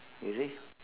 you see